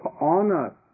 honor